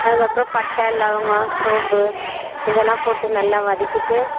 அதுக்கு அப்பறம் பட்டை லவங்கம் சோம்பு இதலாம் போட்டு நல்லா வதக்கிட்டு